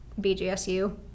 BGSU